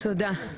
הצבעה אושרה.